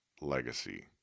legacy